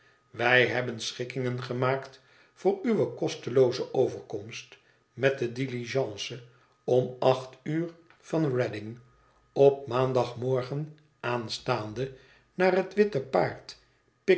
wij hebben schikkingen gemaakt voor uwe kostelooze overkomst met de diligence om acht uur van reading op maandagmorgen aanstaande naar het witte paard